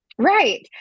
Right